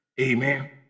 Amen